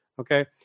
Okay